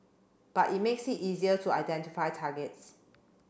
but it makes it easier to identify targets